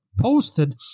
posted